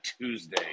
Tuesday